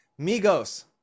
Migos